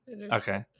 Okay